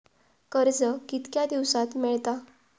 कर्ज कितक्या दिवसात मेळता?